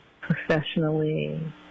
professionally